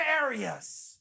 areas